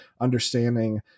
understanding